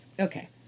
Okay